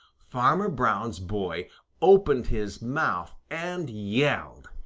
farmer brown's boy opened his mouth and yelled!